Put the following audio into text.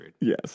Yes